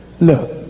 Look